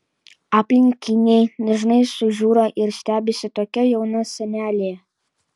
aplinkiniai dažnai sužiūra ir stebisi tokia jauna senelė